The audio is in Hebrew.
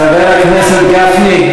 חבר הכנסת גפני,